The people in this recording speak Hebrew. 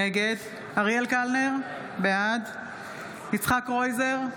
נגד אריאל קלנר, בעד יצחק קרויזר,